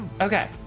Okay